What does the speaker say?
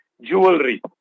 Jewelry